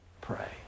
Pray